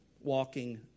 walking